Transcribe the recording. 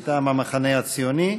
מטעם המחנה הציוני.